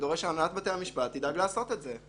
זה דורש שהנהלת בתי המשפט תדאג לעשות את זה,